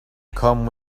come